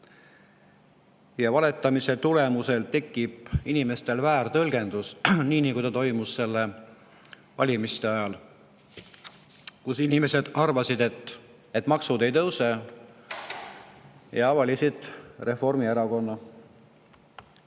Valetamise tulemusel tekib inimestel väärtõlgendus, nii nagu toimus nende valimiste ajal, kus inimesed arvasid, et maksud ei tõuse, ja valisid Reformierakonna.